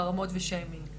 חרמות ושיימינג.